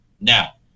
now